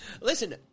Listen